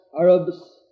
arabs